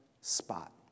spot